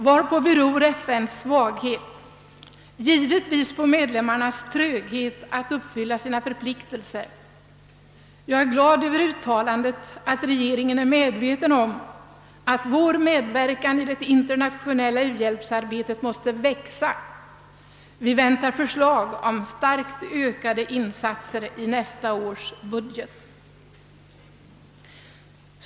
Varpå beror FN:s svaghet? Jo, givetvis på medlemmarnas tröghet att uppfylla sina förpliktelser. Jag är glad över uttalandet att regeringen är medveten om att vår medverkan i det internationella u-hjälpsarbetet måste växa. Vi väntar förslag om starkt ökade insatser i nästa års budget.